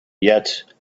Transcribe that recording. yet